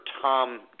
Tom